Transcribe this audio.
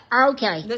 Okay